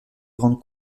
grandes